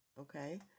Okay